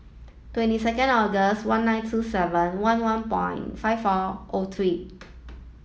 twenty second August one nine two seven one one point five four O three